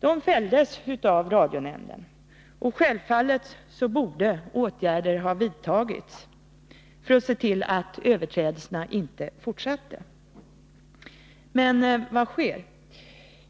De fälldes av radionämnden, och självfallet borde åtgärder ha vidtagits för att se till att överträdelserna inte fortsatte. Men vad sker?